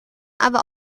aber